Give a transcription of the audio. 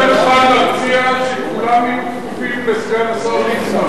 יש בידך להציע שכולם יהיו כפופים לסגן השר ליצמן.